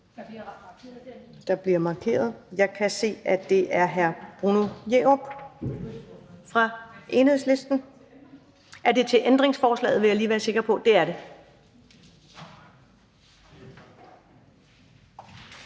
Der bliver markeret, og jeg kan se, at det er hr. Bruno Jerup fra Enhedslisten. Er det til ændringsforslaget? Det vil jeg lige være sikker på. Det er det.